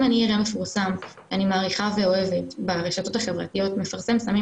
אם אני אראה מפורסם שאני מעריכה ואוהבת ברשתות החברתיות מפרסם סמים